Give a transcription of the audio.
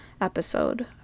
episode